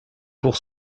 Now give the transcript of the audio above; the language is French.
pour